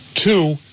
Two